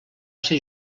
ser